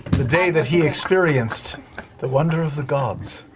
the day that he experienced the wonder of the gods.